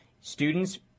Students